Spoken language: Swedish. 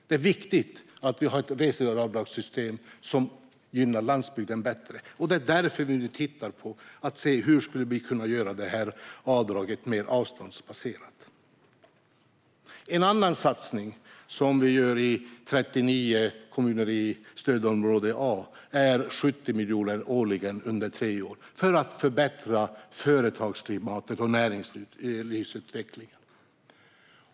Det är viktigt att vi har ett reseavdragssystem som gynnar landsbygden bättre, och därför tittar vi nu på hur vi skulle kunna göra avdraget mer avståndsbaserat. En annan satsning, som vi gör i 39 kommuner i stödområde A, handlar om 70 miljoner årligen under tre år för att förbättra företagsklimatet och näringslivsutvecklingen.